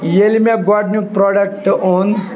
ییٚلہِ مےٚ گۄڈٕنیُک پرٛوڈَکٹ اوٚن